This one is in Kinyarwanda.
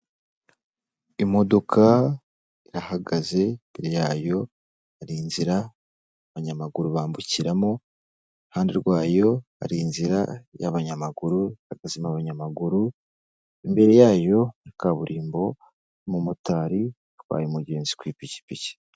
Imodoka irahagaze imbere yayo hari inzira abanyamaguru bambukiramo, iruhande rwayo hari inzira y'abanyamaguru ihagazemo abanyamaguru, imbere yayo ni kaburimbo umumotari atwaye umugenzi ku ipikipiki.